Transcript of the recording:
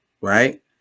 right